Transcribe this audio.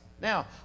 Now